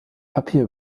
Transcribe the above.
papier